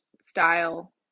style